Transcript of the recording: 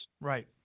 Right